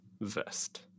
vest